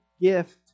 gift